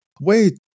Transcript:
wait